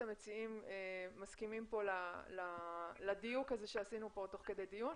המציעים מסכימים כאן לדיוק הזה שעשינו תוך כדי דיון.